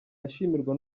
ashimirwa